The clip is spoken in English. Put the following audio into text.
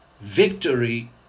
Victory